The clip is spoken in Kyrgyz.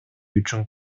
үчүн